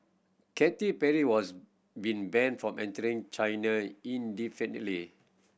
Katy Perry was been banned from entering China indefinitely